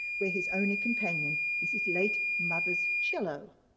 where his only companion is his late mother's cello.